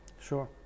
Sure